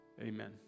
Amen